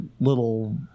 little